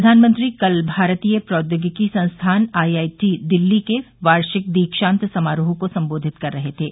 प्रधानमंत्री कल भारतीय प्रौद्योगिकी संस्थान आई आई टी दिल्ली के वार्षिक दीक्षांत समारोह को संबोधित कर रहे थे